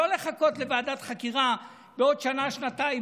לא לחכות לוועדת חקירה בעוד שנה-שנתיים,